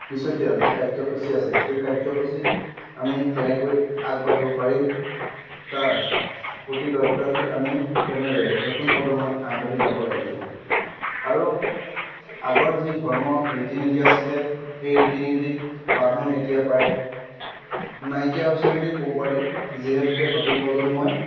পিছতীয়া যি কাৰ্যসূচী আছে সেই কাৰ্যসূচীত আমি কেনেকৈ আগবাঢ়িব পাৰিম তাৰ প্ৰতি লক্ষ্য ৰাখি আমি তেনেদৰে নতুন প্ৰজন্মই আগবাঢ়ি যাব লাগিব আৰু আগৰ যি ধৰ্ম ৰীতি নীতি আছিলে সেই ৰীতি নীতি বান্ধোন এতিয়া প্ৰায় নাইকিয়া হৈছে বুলি ক'ব পাৰি যিহেতুকে নতুন প্ৰজন্মই